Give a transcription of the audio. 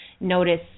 notice